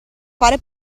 fare